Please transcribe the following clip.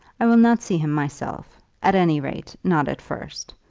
i will not see him myself at any rate, not at first.